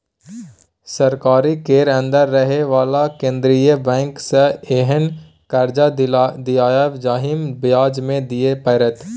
सरकारी केर अंदर रहे बला केंद्रीय बैंक सँ एहेन कर्जा दियाएब जाहिमे ब्याज नै दिए परतै